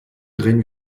drehen